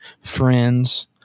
friends